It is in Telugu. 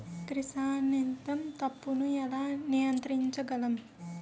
క్రిసాన్తిమం తప్పును ఎలా నియంత్రించగలను?